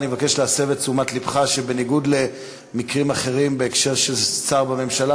אני מבקש להסב את תשומת לבך שבניגוד למקרים בהקשר של שר בממשלה,